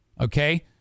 okay